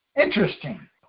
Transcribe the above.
interesting